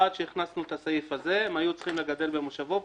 עד שהכנסנו את הסעיף הזה הם היו צריכים לגדל במושבו.